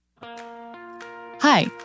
Hi